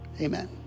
Amen